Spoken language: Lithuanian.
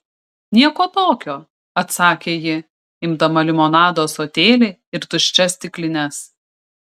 nieko tokio atsakė ji imdama limonado ąsotėlį ir tuščias stiklines